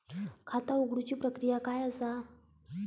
खाता उघडुची प्रक्रिया काय असा?